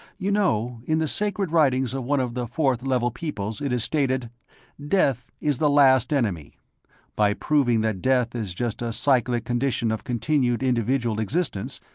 you know, in the sacred writings of one of the fourth level peoples it is stated death is the last enemy by proving that death is just a cyclic condition of continued individual existence,